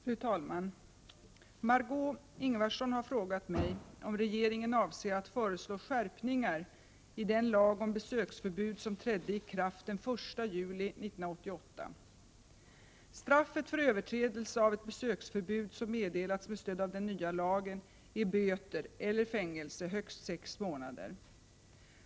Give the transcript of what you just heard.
Fru talman! Margö Ingvardsson har frågat mig om regeringen avser att föreslå skärpningar i den lag om besöksförbud som trädde i kraft den 1 juli 1988. Straffet för överträdelse av ett besöksförbud som meddelats med stöd av den nya lagen är böter eller fängelse högst sex månader.